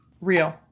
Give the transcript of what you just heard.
Real